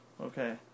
Okay